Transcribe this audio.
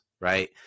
right